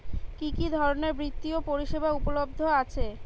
কি কি ধরনের বৃত্তিয় পরিসেবা উপলব্ধ আছে?